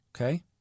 Okay